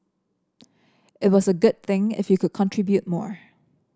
it was a good thing if you could contribute more